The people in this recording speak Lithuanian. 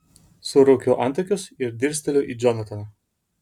suraukiu antakius ir dirsteliu į džonataną